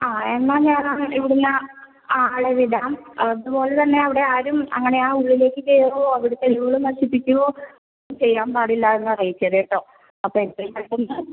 ആ എന്നാൽ ഞാന് ഇവിടുന്ന് ആളെ വിടാം അതുപോലെ തന്നെ അവിടെ ആരും അങ്ങനെ ആ ഉള്ളിലേക്ക് കയറോ അവിടെ തെളിവുകൾ നശിപ്പിക്കോ ചെയ്യാൻ പാടില്ലാന്നറിയിച്ചേരെ കേട്ടോ അപ്പോൾ എത്രയും പെട്ടെന്ന്